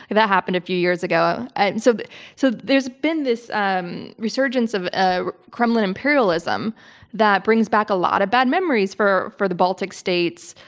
that happened a few years ago and and so so there's been this um resurgence of ah kremlin imperialism that brings back a lot of bad memories for for the baltic states,